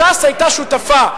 ש"ס היתה שותפה,